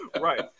Right